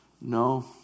No